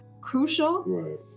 crucial